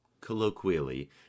colloquially